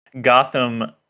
Gotham